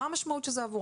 מה המשמעות של זה עבור?